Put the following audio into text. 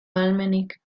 ahalmenik